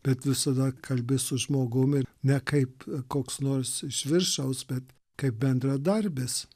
bet visada kalbi su žmogum ir ne kaip koks nors iš viršaus bet kaip bendradarbis